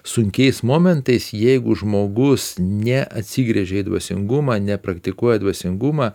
sunkiais momentais jeigu žmogus neatsigręžia į dvasingumą nepraktikuoja dvasingumą